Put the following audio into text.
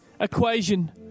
equation